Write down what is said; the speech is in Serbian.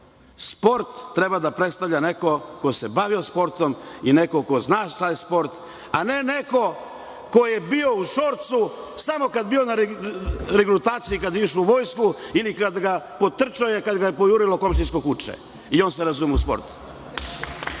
Sport treba da predstavlja neko ko se bavio sportom i neko ko zna šta je sport, a ne neko ko je bio u šorcu samo kad je bio na regrutaciji kad je išao u vojsku, ili je potrčao kad ga je pojurilo komšijsko kuče, i on se razume u sport.